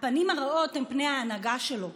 הפנים הרעות הן פני ההנהגה שלו,